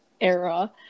era